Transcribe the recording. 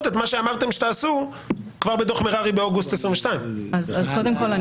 את מה שאמרתם שתעשו כבר בדוח מררי באוגוסט 2022. אני